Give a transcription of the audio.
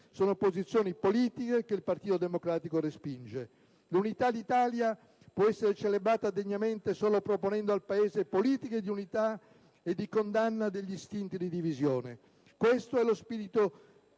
Sono posizioni politiche che il Partito Democratico respinge. L'Unità d'Italia può essere celebrata degnamente solo proponendo al Paese politiche di unità e di condanna dei bassi istinti di divisione. Questo è lo spirito